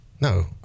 No